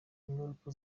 ingaruka